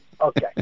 Okay